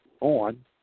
on